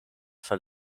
for